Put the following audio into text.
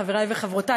חברי וחברותי,